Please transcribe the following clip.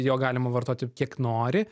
jo galima vartoti kiek nori